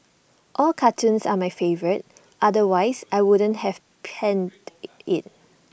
all cartoons are my favourite otherwise I wouldn't have penned IT it